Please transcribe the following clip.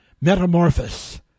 metamorphosis